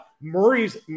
Murray's